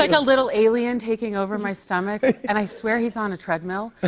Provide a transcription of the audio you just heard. like a little alien taking over my stomach, and i swear he's on a treadmill.